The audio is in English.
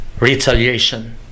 retaliation